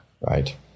Right